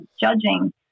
judging